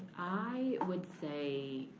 i would say,